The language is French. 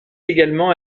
également